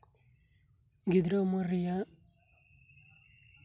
ᱜᱤᱫᱽᱨᱟᱹ ᱩᱢᱟᱹᱨ ᱨᱮᱭᱟᱜ